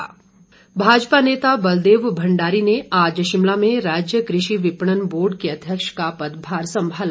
बलदेव भंडारी भाजपा नेता बलदेव भंडारी ने आज शिमला में राज्य कृषि विपणन बोर्ड के अध्यक्ष का पदभार संभाला